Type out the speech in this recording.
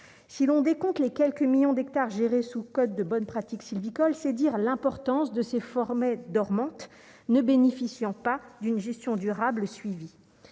si l'on décompte les quelques millions d'hectares gérée sous code de bonnes pratiques sylvicoles, c'est dire l'importance de ces dormante ne bénéficiant pas d'une gestion durable suivi